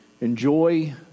enjoy